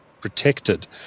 protected